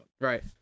Right